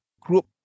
group